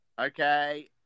Okay